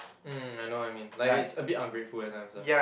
mm I know what you mean like it's a bit ungrateful at times ah